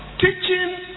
Teaching